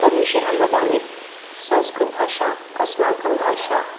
तद्विषये अहं वदामि संस्कृतभाषा अस्माकं भाषा